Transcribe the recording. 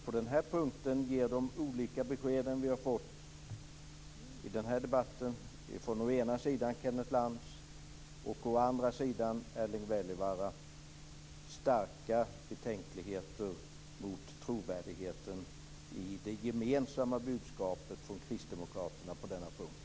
På den här punkten ger de olika besked som vi har fått i den här debatten, i form av å ena sidan Kenneth Lantz och å andra sidan Erling Wälivaara, starka betänkligheter mot trovärdigheten i det gemensamma budskapet från Kristdemokraterna på denna punkt.